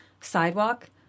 sidewalk